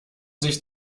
sich